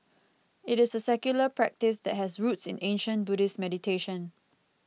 it is a secular practice that has roots in ancient Buddhist meditation